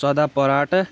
ژۄداہ پراٹہٕ